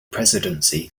presidency